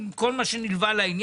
עם כל מה שנלווה לעניין,